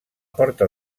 porta